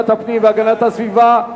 והגנת הסביבה,